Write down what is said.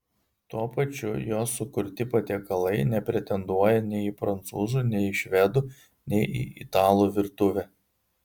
tuo pačiu jo sukurti patiekalai nepretenduoja nei į prancūzų nei į švedų nei į italų virtuvę